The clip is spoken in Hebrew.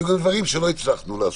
היו גם דברים שלא הצלחנו לעשות.